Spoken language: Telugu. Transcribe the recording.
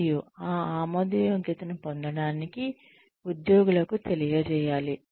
మరియు ఆ ఆమోదయోగ్యతను పొందడానికి ఉద్యోగులకు తెలియజేయాలి